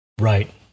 Right